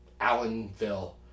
Allenville